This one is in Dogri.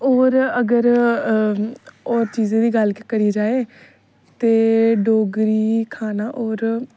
और अगर और चीजें दी गल्ल करी जाए ते डोगरे गी खाना और